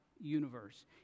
universe